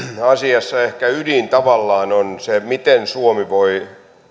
asiassa ehkä ydin tavallaan on se miten suomi voi